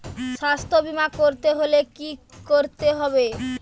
স্বাস্থ্যবীমা করতে হলে কি করতে হবে?